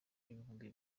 ibihumbi